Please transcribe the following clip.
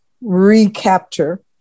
recapture